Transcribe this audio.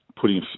putting